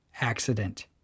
accident